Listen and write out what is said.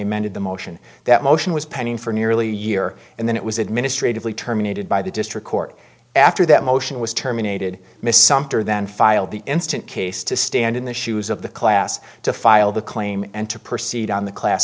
amended the motion that motion was pending for nearly a year and then it was administratively terminated by the district court after that motion was terminated miss something or then filed the instant case to stand in the shoes of the class to file the claim and to proceed on the class